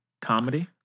comedy